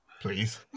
please